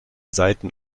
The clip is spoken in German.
seiten